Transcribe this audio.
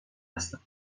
هستم